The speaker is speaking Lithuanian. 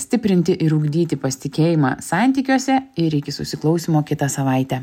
stiprinti ir ugdyti pasitikėjimą santykiuose ir iki susiklausymo kitą savaitę